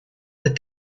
that